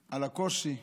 הקושי.